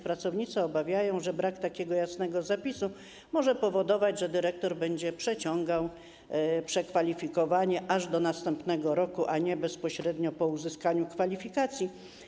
Pracownicy obawiają się, że brak takiego jasnego zapisu może powodować, że dyrektor będzie przeciągał przekwalifikowanie aż do następnego roku, że nie będzie to następowało bezpośrednio po uzyskaniu kwalifikacji.